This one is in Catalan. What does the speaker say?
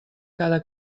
cada